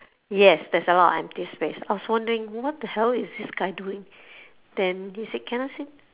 yes there's a lot of empty space I was wondering what the hell is this guy doing then he said can I sit